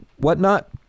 whatnot